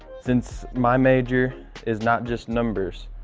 since my major is not just numbers,